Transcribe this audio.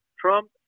Trump